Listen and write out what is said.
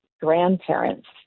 grandparents